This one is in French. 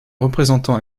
représentant